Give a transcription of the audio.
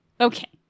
Okay